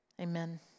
Amen